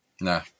Nah